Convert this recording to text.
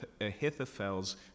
Ahithophel's